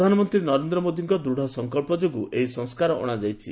ପ୍ରଧାନମନ୍ତ୍ରୀ ନରେନ୍ଦ୍ର ମୋଦିଙ୍କ ଦୃଢ଼ ସଙ୍କଞ୍ଚ ଯୋଗୁଁ ଏହି ସଂସ୍କାର ଅଣାଯାଇଛି